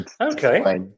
Okay